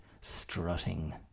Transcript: strutting